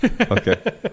Okay